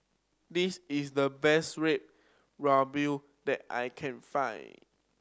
this is the best Red Ruby that I can find